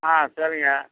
ஆ சரிங்க